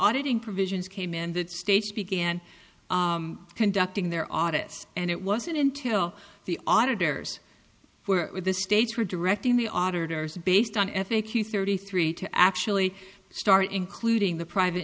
auditing provisions came in that states began conducting their audits and it wasn't until the auditors were with the states for directing the auditors based on f a q thirty three to actually start including the private